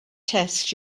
test